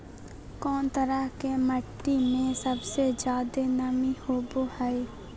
कौन तरह के मिट्टी में सबसे जादे नमी होबो हइ?